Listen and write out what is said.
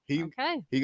Okay